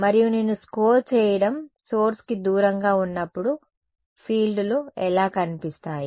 మరియు నేను స్కోర్ చేయడం సోర్స్ కి దూరంగా ఉన్నప్పుడు ఫీల్డ్లు ఎలా కనిపిస్తాయి